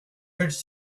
urge